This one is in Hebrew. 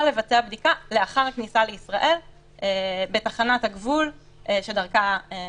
מדובר בחובה לבצע בדיקה לאחר הכניסה לישראל בתחנת הגבול שדרכה עוברים.